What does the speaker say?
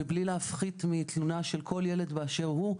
מבלי להפחית מתלונה של כל ילד באשר הוא,